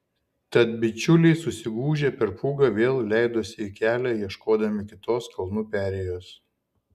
tad bičiuliai susigūžę per pūgą vėl leidosi į kelią ieškodami kitos kalnų perėjos